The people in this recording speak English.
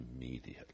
immediately